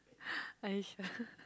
are you sure